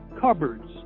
cupboards